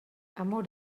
amor